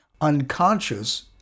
unconscious